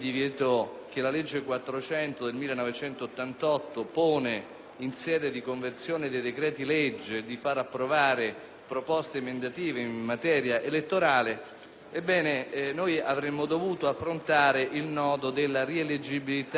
in sede di conversione dei decreti-legge, cioè quello di far approvare proposte emendative in materia elettorale. Ebbene, noi avremmo dovuto affrontare il nodo della rieleggibilità dei sindaci dei Comuni sotto i 5.000 abitanti.